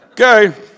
Okay